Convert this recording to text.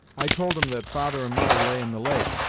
i told em that father and mother lay in the lake,